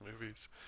movies